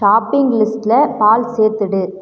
shopping லிஸ்ட்டில் பால் சேர்த்துவிடு